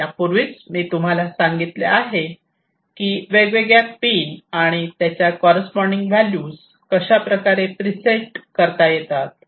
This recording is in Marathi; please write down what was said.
यापूर्वीच मी तुम्हाला सांगितले आहे की वेगवेगळ्या पिन आणि त्यांच्या कॉररेस्पॉन्डिन्ग व्हॅल्यू कशाप्रकारे प्रीसेट करता येतात